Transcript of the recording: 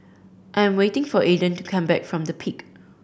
I am waiting for Aiden to come back from The Peak